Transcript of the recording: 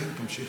כן, תמשיכי.